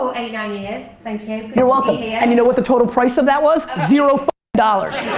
so eight, nine years. thank you. you're welcome yeah and you know what the total price of that was? zero dollars.